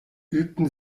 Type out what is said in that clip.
übten